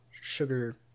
sugar